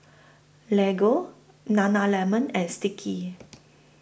Lego Nana Lemon and Sticky